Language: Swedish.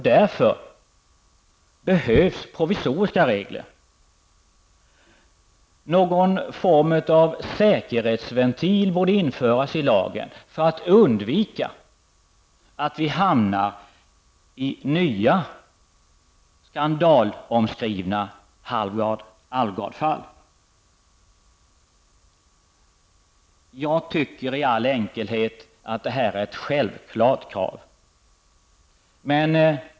Därför behövs provisoriska regler. Någon form av säkerhetsventil borde införas i lagen för att undvika att vi hamnar i nya skandalomskrivna Halvar Alvgardfall. Jag tycker i all enkelhet att det här är ett självklart krav.